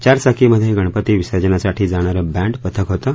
चारचाकीमध्ये गणपती विसर्जनासाठी जाणारं बँड पथक होतं